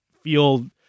feel